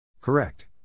Correct